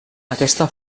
aquesta